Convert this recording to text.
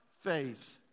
faith